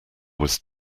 was